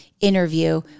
interview